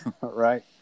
right